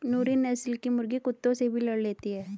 नूरी नस्ल की मुर्गी कुत्तों से भी लड़ लेती है